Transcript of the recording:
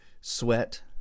sweat